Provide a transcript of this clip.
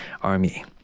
army